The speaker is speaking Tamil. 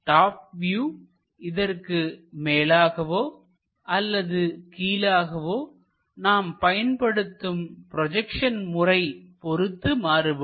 டாப் வியூ இதற்கு மேலாகவோ அல்லது கீழாகவோ நாம் பயன்படுத்தும் ப்ரொஜெக்ஷன் முறை பொருத்து மாறுபடும்